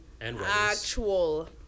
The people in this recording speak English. actual